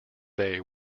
bay